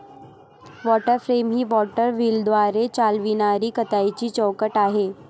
water frame ही water व्हीलद्वारे चालविणारी कताईची चौकट आहे